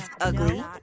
ugly